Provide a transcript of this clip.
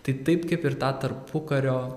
tai taip kaip ir tą tarpukario